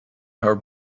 her